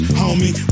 homie